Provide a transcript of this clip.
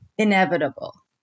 inevitable